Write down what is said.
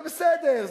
זה בסדר,